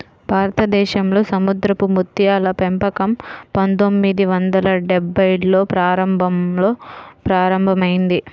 భారతదేశంలో సముద్రపు ముత్యాల పెంపకం పందొమ్మిది వందల డెభ్భైల్లో ప్రారంభంలో ప్రారంభమైంది